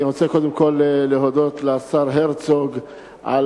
אני רוצה קודם כול להודות לשר הרצוג על